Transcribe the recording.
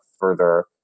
further